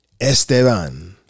Esteban